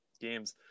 games